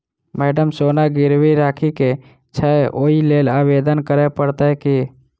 Madam सोना गिरबी राखि केँ छैय ओई लेल आवेदन करै परतै की?